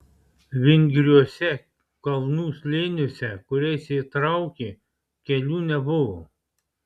vingriuose kalnų slėniuose kuriais jie traukė kelių nebuvo